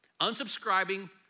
Unsubscribing